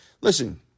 listen